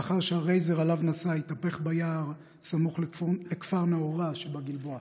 לאחר שהרייזר שעליו נסע התהפך ביער סמוך לכפר נאעורה שבגלבוע.